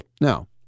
Now